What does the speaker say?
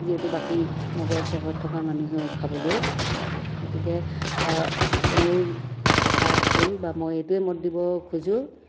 যিহেতু বাকী নগৰ চহৰত থকা মানুহেও খাবলৈ পাব গতিকে মোৰ কথা হ'ল বা মই এইটোৱে মত দিব খোজো